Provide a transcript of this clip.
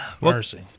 Mercy